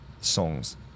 songs